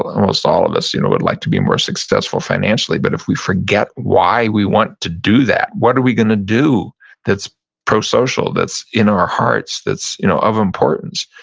almost all of us you know would like to be more successful financially. but if we forget why we want to do that, what are we gonna do that's pro-social, that's in our hearts, that's you know of importance?